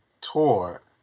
tour